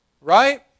Right